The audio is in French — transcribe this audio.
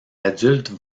adultes